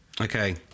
Okay